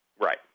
right